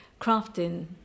crafting